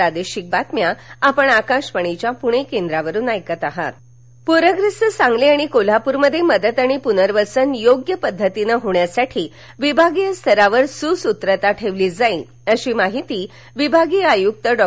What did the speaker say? म्हैसेकर प्रग्रस्त सांगली आणि कोल्हापूरमध्ये मदत आणि प्नर्वसन योग्य पद्धतीनं होण्यासाठी विभागीय स्तरावर सुसूत्रता ठेवली जाईल अशी माहिती विभागीय आयुक्त डॉ